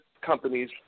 companies